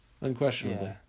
Unquestionably